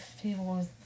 people